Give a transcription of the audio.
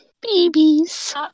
babies